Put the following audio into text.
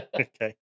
Okay